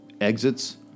exits